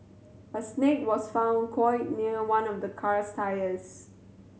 a snake was found coiled near one of the car's tyres